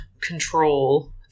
control